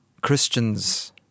Christians